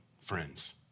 friends